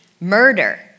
Murder